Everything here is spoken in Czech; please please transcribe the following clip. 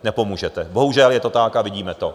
Nepomůžete, bohužel je to tak a vidíme to.